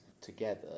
together